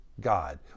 God